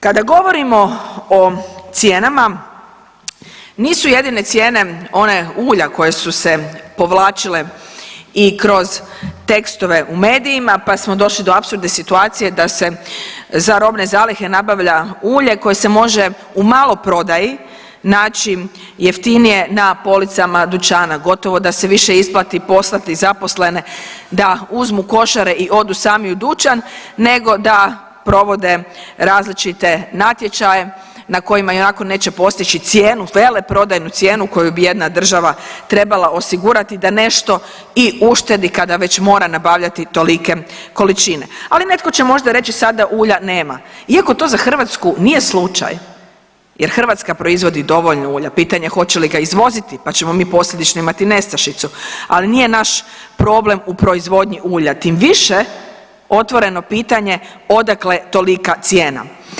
Kada govorimo o cijenama nisu jedine cijene one ulja koje su se povlačile i kroz tekstove u medijima, pa smo došli do apsurdne situacije da se za robne zalihe nabavlja ulje koje se može u maloprodaji naći jeftinije na policama dućana, gotovo da se više isplati poslati zaposlene da uzmu košare i odu sami u dućan nego da provode različite natječaje na kojima ionako neće postići cijene, veleprodajnu cijenu koju bi jedna država trebala osigurati da nešto i uštedi kada već mora nabavljati tolike količine, ali netko će možda reći sada ulja nema, iako to za Hrvatsku nije slučaj jer Hrvatska proizvodi dovoljno ulja, pitanje je hoće li ga izvoziti, pa ćemo mi posljedično imati nestašicu, ali nije naš problem u proizvodnji ulja, tim više otvoreno pitanje odakle tolika cijena?